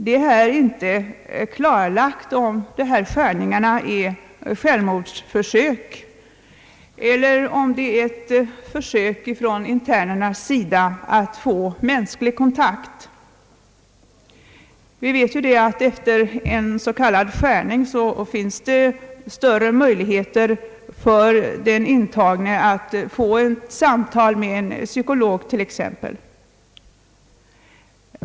Det är inte klarlagt om dessa skärningar är självmordsförsök eller försök från internernas sida att få mänsklig kontakt. Vi vet ju att det efter en s.k. skärning finns större möjligheter för den intagne att få ett samtal med t.ex. en psykolog.